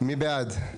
מי בעד?